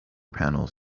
panels